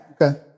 okay